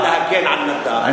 להגן על נדאף,